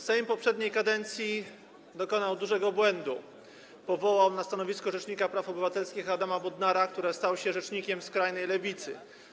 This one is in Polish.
Sejm poprzedniej kadencji popełnił duży błąd: powołał na stanowisko rzecznika praw obywatelskich Adama Bodnara, który stał się rzecznikiem skrajnej lewicy.